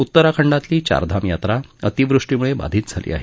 उत्तराखंडातली चारधाम यात्रा अतिवृष्टीमुळे बाधित झाली आहे